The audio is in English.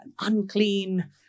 unclean